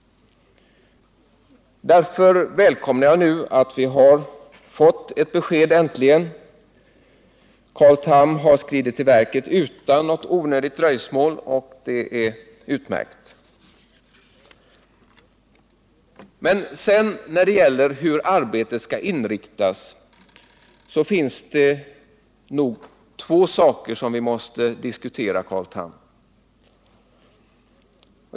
Därför välkomnar jag att vi nu äntligen har fått ett besked. Carl Tham har skridit till verket utan onödigt dröjsmål, och det är utmärkt. Men när det gäller hur arbetet skall inriktas finns det nog två saker som vi måste diskutera, Carl Tham.